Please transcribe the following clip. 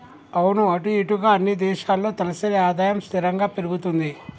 అవును అటు ఇటుగా అన్ని దేశాల్లో తలసరి ఆదాయం స్థిరంగా పెరుగుతుంది